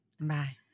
Bye